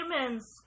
humans